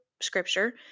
scripture